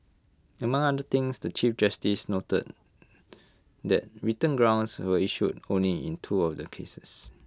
among other things the chief justice noted that written grounds were issued only in two of the cases